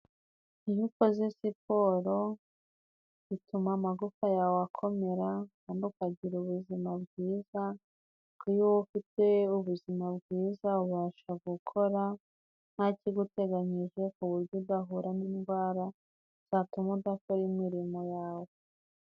Iyo ukoze siporo ituma amagufa yawe akomera kandi ukagira ubuzima bwiza, kuko iyo ufite ubuzima bwiza ubasha gukora nta kiguteganyije, ku buryo udahura n'indwara zatuma udakora imirimo yawe.